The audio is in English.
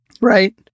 right